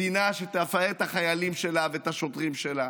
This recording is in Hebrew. מדינה שתפאר את החיילים שלה ואת השוטרים שלה,